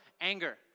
anger